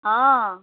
हॅं